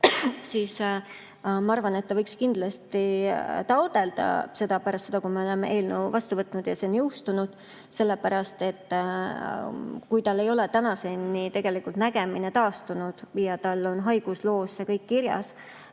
siis ma arvan, et see inimene võiks kindlasti taotleda seda pärast seda, kui me oleme eelnõu vastu võtnud ja see on seadusena jõustunud, sellepärast et kui tal ei ole tänaseni tegelikult nägemine taastunud ja tal on haigusloos kõik kirjas,